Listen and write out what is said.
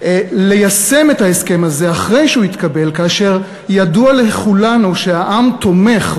ליישם את ההסכם הזה אחרי שהוא התקבל כאשר ידוע לכולנו שהעם תומך,